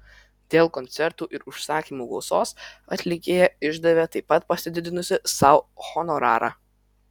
dėl koncertų ir užsakymų gausos atlikėja išdavė taip pat pasididinusi sau honorarą